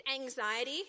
anxiety